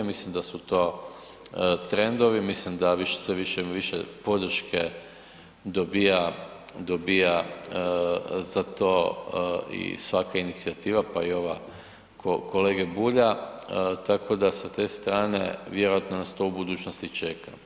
Mislim da su to trendovi, mislim da više, sve više i više podrške dobija, dobija za to i svaka inicijativa, pa i ova kolege Bulja, tako da sa te strane vjerojatno nas to u budućnosti čeka.